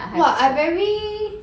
!wah! I very